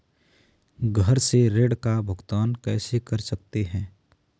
घर से ऋण का भुगतान कैसे कर सकते हैं?